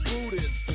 Buddhist